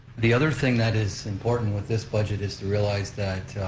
the other thing that is important with this budget is to realize that